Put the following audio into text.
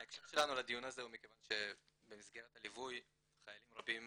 ההקשר שלנו לדיון הזה הוא מכיוון שבמסגרת הליווי חיילים רבים